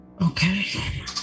Okay